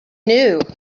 knew